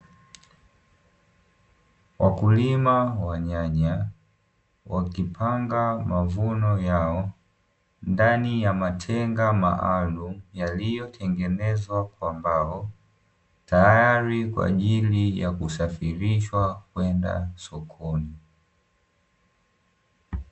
Wakulima wa nyanya wakipanga mavuno yao ndani ya matenga maalumu yaliyotengenezwa kwa mbao, tayari kwa ajili ya kusafirishwa kupelekwa sokoni.